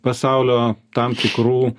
pasaulio tam tikrų